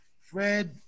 Fred